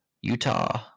Utah